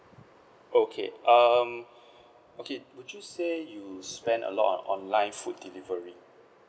okay um okay would you say you spend a lot on online food delivery